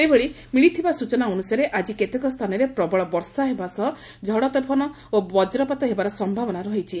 ସେହିଭଳି ମିଳିଥିବା ସୂଚନା ଅନୁସାରେ ଆଜି କେତେକ ସ୍ଥାନରେ ପ୍ରବଳ ବର୍ଷା ସହ ଝଡ଼ତୋଫାନ ଓ ବଜ୍ରପାତ ହେବାର ସମ୍ଭାବନା ରହିଛି